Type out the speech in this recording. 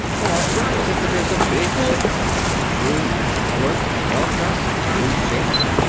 or representatives of big syndicates shrewd, alert, well dressed, smooth shaven.